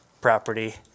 property